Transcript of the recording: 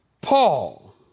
Paul